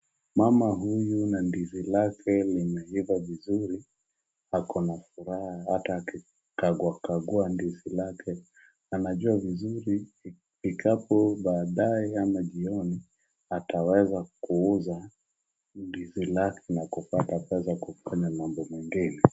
Mama huyu na ndizi lake limeiva vizuri ako na furaha hata akikaguakagua ndizi lake. Anajua vizuri ifikapo baadae ama jioni ataweza kuuza ndizi lake na kupata pesa kufanya mambo mengine.